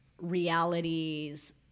realities